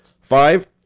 Five